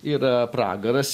yra pragaras